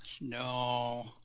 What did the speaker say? No